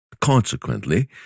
Consequently